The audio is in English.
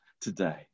today